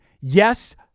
yes